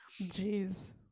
jeez